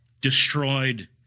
destroyed